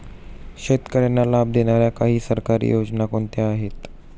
शेतकऱ्यांना लाभ देणाऱ्या काही सरकारी योजना कोणत्या आहेत?